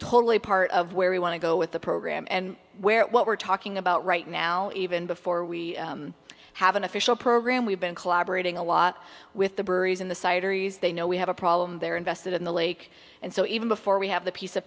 totally part of where we want to go with the program and where what we're talking about right now even before we have an official program we've been collaborating a lot with the berries in the cider ease they know we have a problem they're invested in the lake and so even before we have the piece of